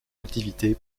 activité